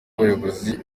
abayobozi